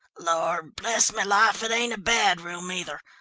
lord, bless me life, it ain't a bad room, either.